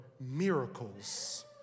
miracles